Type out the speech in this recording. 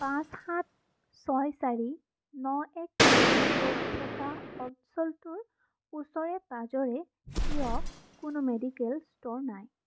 পাঁচ সাত ছয় চাৰি ন এক পিনক'ড থকা অঞ্চলটোৰ ওচৰে পাঁজৰে কিয় কোনো মেডিকেল ষ্ট'ৰ নাই